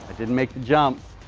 didn't make the jump.